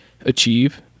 achieve